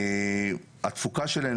התפוקה שלהן,